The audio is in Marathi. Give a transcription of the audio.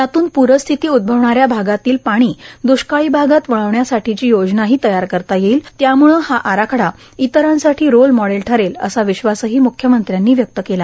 यातून प्रस्थिती उद्भवणाऱ्या भागातील पाणी द्ष्काळी भागात वळविण्यासाठीची योजनाही तयार करता येईल त्याम्ळं हा आराखडा इतरांसाठी रोल मॉडेल ठरेल असा विश्वासही मुख्यमंत्र्यांनी व्यक्त केला